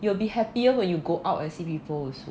you will be happier when you go out and see people also